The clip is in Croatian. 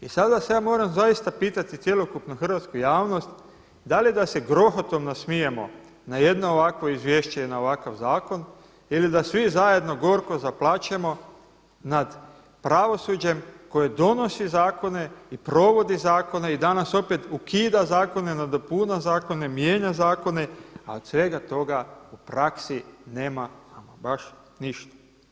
I sada se ja moram zaista pitati cjelokupnu hrvatsku javnost da li da se grohotom nasmijemo na jedno ovakvo izvješće i na ovakav zakon ili da svi zajedno gorko zaplačemo nad pravosuđem koje donosi zakone, i provodi zakona i danas opet ukida zakone, nadopunjuje zakone, mijenja zakone, a od svega toga u praksi nema ama baš ništa.